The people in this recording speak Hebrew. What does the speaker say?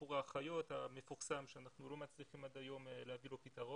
הסיפור המפורסם של האחיות שאנחנו לא מצליחים עד היום להביא לו פתרון.